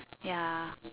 ya